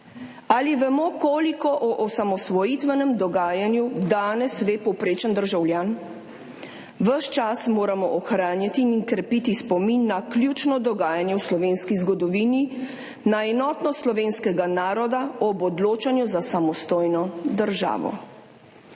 Ali vemo, koliko o osamosvojitvenem dogajanju danes ve povprečen državljan? Ves čas moramo ohranjati in krepiti spomin na ključno dogajanje v slovenski zgodovini, na enotnost slovenskega naroda ob odločanju za samostojno državo.